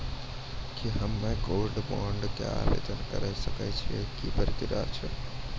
की हम्मय gold bond के आवदेन करे सकय छियै, की प्रक्रिया छै?